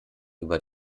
über